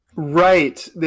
Right